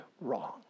wrong